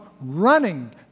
running